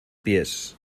pies